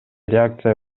реакция